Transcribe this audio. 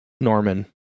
Norman